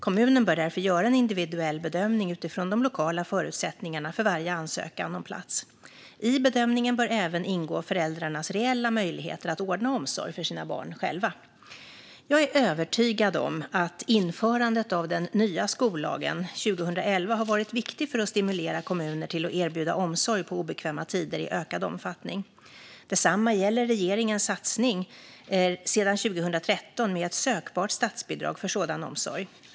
Kommunen bör därför göra en individuell bedömning utifrån de lokala förutsättningarna för varje ansökan om plats. I bedömningen bör även ingå föräldrarnas reella möjligheter att ordna omsorg för sina barn själva. Jag är övertygad om att införandet av den nya skollagen 2011 har varit viktigt för att stimulera kommuner att erbjuda omsorg på obekväma tider i ökad omfattning. Detsamma gäller regeringens satsning sedan 2013 med ett sökbart statsbidrag för sådan omsorg.